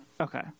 Okay